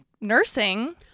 nursing